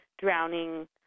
drowning